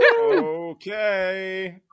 okay